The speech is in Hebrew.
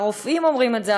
הרופאים אומרים את זה,